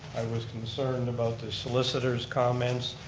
i was concerned about the solicitors comments,